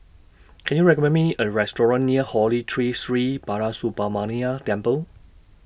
Can YOU recommend Me A Restaurant near Holy Tree Sri Balasubramaniar Temple